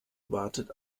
wartet